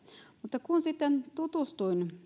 mutta kun sitten tutustuin